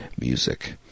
Music